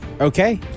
Okay